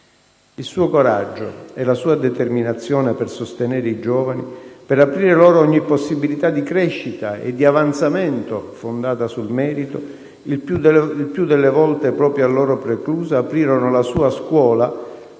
Il suo coraggio e la sua determinazione per sostenere i giovani, per aprire loro ogni possibilità di crescita e di avanzamento fondata sul merito, il più delle volte proprio a loro preclusa, aprirono la sua scuola